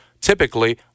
Typically